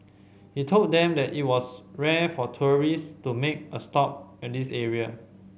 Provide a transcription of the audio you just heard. he told them that it was rare for tourist to make a stop at this area